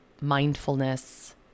mindfulness